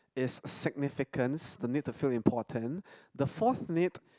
is significance the need to feel important the fourth need